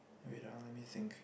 wait ah let me think